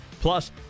plus